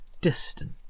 distant